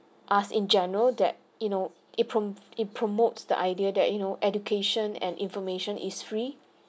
us in general that you know it prom it promotes the idea that you know education and information is free